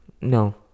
No